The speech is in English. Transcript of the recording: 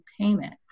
payment